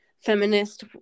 feminist